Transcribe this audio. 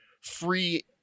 free